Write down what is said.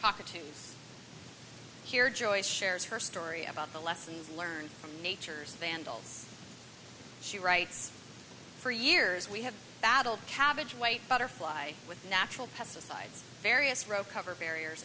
cockatoos here joyce shares her story about the lessons learned from nature's vandals she writes for years we have battled cabbage white butterfly with natural pesticides various row cover barriers